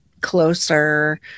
closer